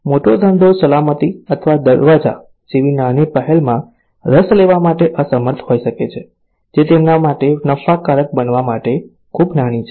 મોટો ધંધો સલામતી અથવા દરવાજા જેવી નાની પહેલમાં રસ લેવા માટે અસમર્થ હોઈ શકે છે જે તેમના માટે નફાકારક બનવા માટે ખૂબ નાની છે